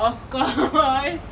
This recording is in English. of course